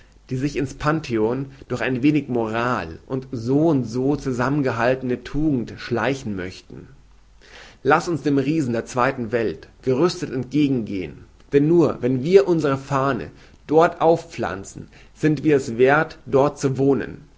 die sich ins pantheon durch ein wenig moral und so und so zusammengehaltene tugend schleichen möchten laß uns dem riesen der zweiten welt gerüstet entgegengehen denn nur wenn wir unsere fahne dort aufpflanzen sind wir es werth dort zu wohnen